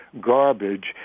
garbage